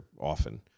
often